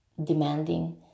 demanding